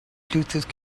bluetooth